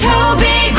Toby